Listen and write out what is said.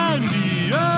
Andy